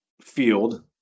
field